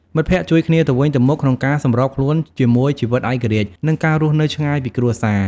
មិត្តភក្តិជួយគ្នាទៅវិញទៅមក ក្នុងការសម្របខ្លួនជាមួយជីវិតឯករាជ្យ និងការរស់នៅឆ្ងាយពីគ្រួសារ។